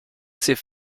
ses